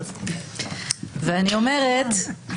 ואני אומרת,